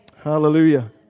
Hallelujah